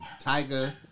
Tiger